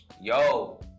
Yo